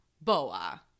Boa